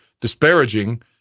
disparaging